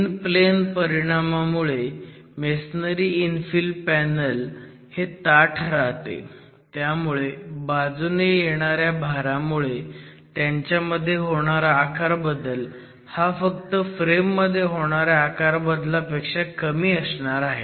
in-plane परिणामामुळे masonry infill panel हे ताठ राहते त्यामुळे बाजूने येणाऱ्या भारामुळे त्यांच्यामध्ये होणारा आकारबदल हा फक्त फ्रेम मध्ये होणाऱ्या आकारबदलापेक्षा कमी असणार आहे